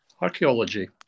archaeology